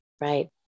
right